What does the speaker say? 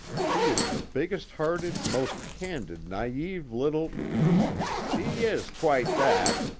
she is the biggest-hearted, most candid, naive little she is quite that!